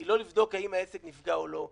היא לא לבדוק אם העסק נפגע או לא.